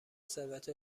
ثروت